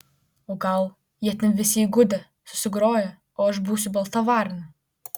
o gal jie ten visi įgudę susigroję o aš būsiu balta varna